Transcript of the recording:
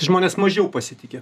žmonės mažiau pasitiki